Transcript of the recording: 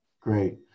Great